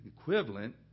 equivalent